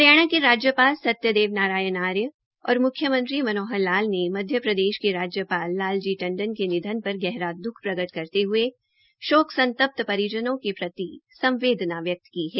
हरियाणा के राज्यपाल सत्यदेव नारायण आर्य और म्ख्यमंत्री मनोहर लाल ने मध्यप्रदेश के राज्यपाल लाल जी टंडन के निधन गहरा द्ख प्रकट करते हये शोक संतप्त परिजनों के प्रति संवदेना व्यक्त की है